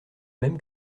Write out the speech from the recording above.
même